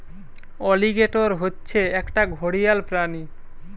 alligator হচ্ছে একটা ঘড়িয়াল প্রাণী